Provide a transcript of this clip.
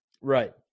Right